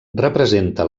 representa